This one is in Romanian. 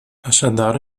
așadar